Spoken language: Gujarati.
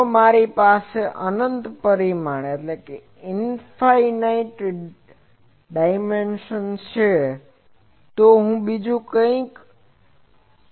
જો મારી પાસે અનંત પરિમાણ છે તો બીજું કંઈક છે